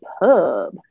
pub